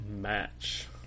match